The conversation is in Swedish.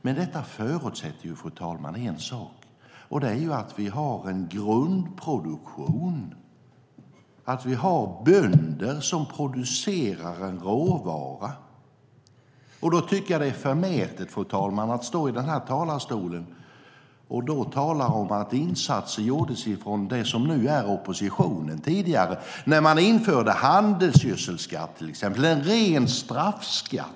Men det förutsätter en sak, fru talman, och det är att vi har en grundproduktion, att vi har bönder som producerar en råvara. Jag tycker att det är förmätet att stå i den här talarstolen och tala om att insatser gjordes av det som nu är oppositionen. Då införde man till exempel en handelsgödselskatt.